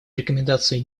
рекомендацию